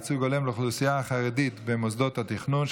ייצוג הולם לאוכלוסייה החרדית במוסדות התכנון),